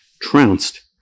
trounced